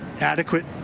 adequate